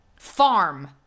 farm